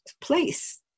place